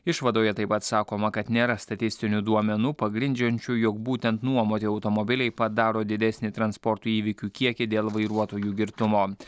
išvadoje taip pat sakoma kad nėra statistinių duomenų pagrindžiančių jog būtent nuomoti automobiliai padaro didesnį transporto įvykių kiekį dėl vairuotojų girtumo